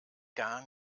gar